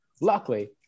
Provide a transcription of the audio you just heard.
Luckily